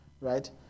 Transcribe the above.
right